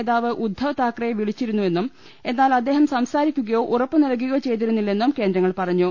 നേതാവ് ഉദ്ധവ്താക്കറെ വിളിച്ചിരുന്നുവെന്നും എന്നാൽ അദ്ദേഹം സംസാ രിക്കുകയോ ഉറപ്പ് നൽകുകയോ ചെയ്തിരുന്നില്ലെന്നും കേന്ദ്രങ്ങൾ പറ ഞ്ഞു